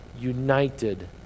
united